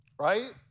right